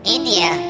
India